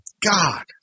God